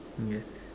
yes